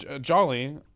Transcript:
Jolly